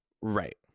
right